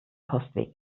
postweg